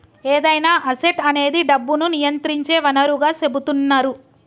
ఏదైనా అసెట్ అనేది డబ్బును నియంత్రించే వనరుగా సెపుతున్నరు